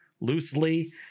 loosely